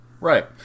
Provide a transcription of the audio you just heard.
right